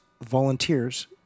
volunteers